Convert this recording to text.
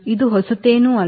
ಇದು ಹೊಸತೇನಲ್ಲ